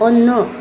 ഒന്നു